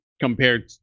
compared